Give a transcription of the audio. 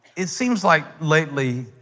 it seems like lately.